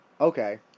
Okay